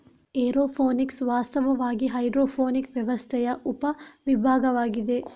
aeroponics ವಾಸ್ತವವಾಗಿ hydroponic ವ್ಯವಸ್ಥೆಯ ಉಪ ವಿಭಾಗವಾಗಿದೆ